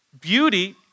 beauty